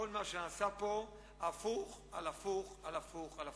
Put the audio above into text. כל מה שנעשה כאן הוא הפוך על הפוך על הפוך על הפוך.